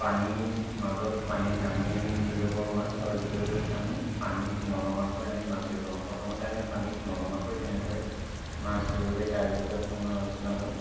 পানীৰ মাজত পানীত নামি আমি ধৰিব পাৰোঁ মাছ আৰু দ্বিতীয়টো হৈছে আমি পানীত ননমাকৈ আমি মাছ ধৰিব পাৰোঁ প্ৰথমতে আমি পানীত ননমাকৈ কেনেদৰে মাছ ধৰিব পাৰি তাৰ বিষয়ে অকণমান আলোচনা কৰিম